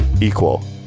Equal